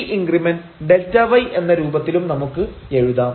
ഈ increment Δy എന്ന രൂപത്തിലും നമുക്ക് എഴുതാം